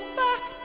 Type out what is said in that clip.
back